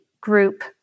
group